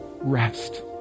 rest